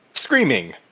Screaming